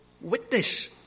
witness